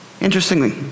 interestingly